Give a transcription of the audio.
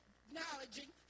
acknowledging